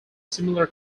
similar